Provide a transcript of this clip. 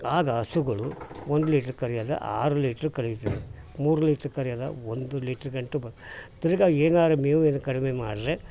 ಆಗ ಹಸುಗಳು ಒಂದು ಲೀಟ್ರ್ ಕರಿಯೋದ ಆರು ಲೀಟ್ರು ಕರಿತಿದ್ದರು ಮೂರು ಲೀಟ್ರ್ ಕರಿಯೋದ ಒಂದು ಲೀಟ್ರುಗಂಟು ಬ ತಿರ್ಗಿ ಏನಾದ್ರು ಮೇವು ಏನು ಕಡಿಮೆ ಮಾಡ್ರೆ